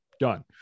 Done